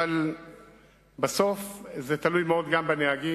אבל בסוף זה תלוי מאוד גם בנהגים,